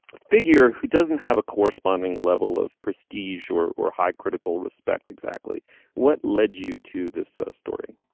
figure who doesn't have a corresponding level of prestige or or high critical respect exactly what led you to this ah story